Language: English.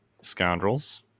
Scoundrels